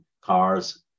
cars